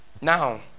Now